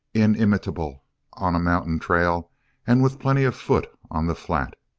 inimitable on a mountain trail and with plenty of foot on the flat.